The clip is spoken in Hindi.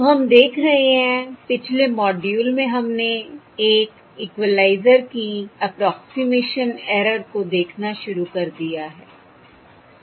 तो हम देख रहे हैं पिछले मॉड्यूल में हमने एक इक्वलाइज़र की अप्रोक्सिमेशन ऐरर को देखना शुरू कर दिया है सही है